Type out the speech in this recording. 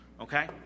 Okay